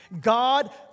God